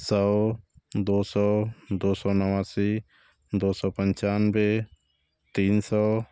सौ दो सौ दो सौ नवासी दो सौ पंचानवे तीन सौ